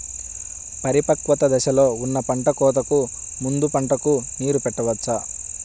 పరిపక్వత దశలో ఉన్న పంట కోతకు ముందు పంటకు నీరు పెట్టవచ్చా?